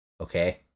okay